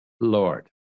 Lord